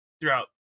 throughout